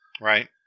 Right